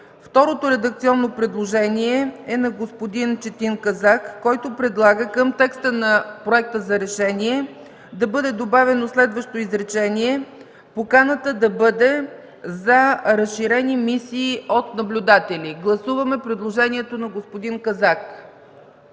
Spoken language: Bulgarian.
Второто редакционно предложение е на господин Четин Казак, който предлага към текста на Проекта за решение да бъде добавено следващо изречение: „Поканата да бъде за разширени мисии от наблюдатели”. Гласуваме предложението на господин Казак.